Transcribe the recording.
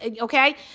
Okay